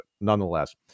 nonetheless